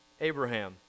Abraham